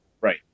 right